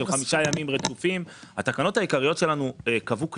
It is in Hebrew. של חמישה ימים רצופים התקנות העיקריות שלנו קבעו כללים.